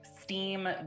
Steam